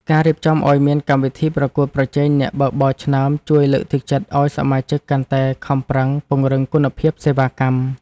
ការរៀបចំឱ្យមានកម្មវិធីប្រកួតប្រជែងអ្នកបើកបរឆ្នើមជួយលើកទឹកចិត្តឱ្យសមាជិកកាន់តែខំប្រឹងពង្រឹងគុណភាពសេវាកម្ម។